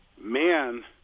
man